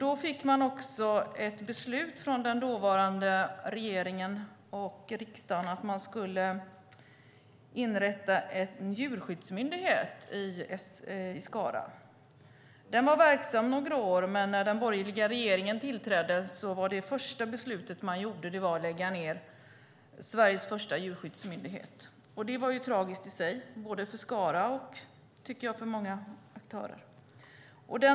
Då fick man också ett beslut från dåvarande regering och riksdag att man skulle inrätta en djurskyddsmyndighet i Skara. Den var verksam i några år, men när den borgerliga regeringen tillträdde var det första beslut man tog att lägga ned Sveriges första djurskyddsmyndighet. Det var tragiskt i sig, både för Skara och för, tycker jag, många aktörer.